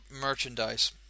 merchandise